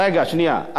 רגע, שנייה.